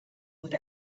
would